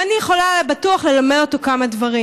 ואני בטח יכולה ללמד אותו כמה דברים.